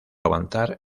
avanzar